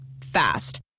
Fast